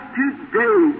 today